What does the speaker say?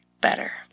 better